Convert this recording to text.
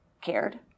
cared